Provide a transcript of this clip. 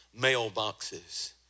mailboxes